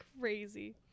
Crazy